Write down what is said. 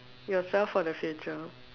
yourself for the future